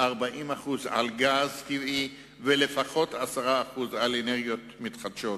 40% על גז טבעי ולפחות 10% על אנרגיות מתחדשות.